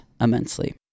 immensely